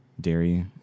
dairy